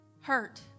Hurt